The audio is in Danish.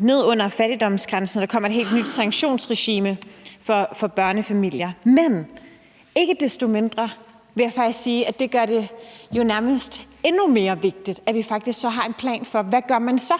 ned under fattigdomsgrænsen, når der kommer et helt nyt sanktionsregime for børnefamilier, men ikke desto mindre vil jeg faktisk sige, at det gør det jo nærmest endnu mere vigtigt, at vi så faktisk har en plan for, hvad man så